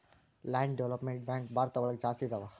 land development bank ಭಾರತ ಒಳಗ ಜಾಸ್ತಿ ಇದಾವ